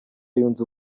yunze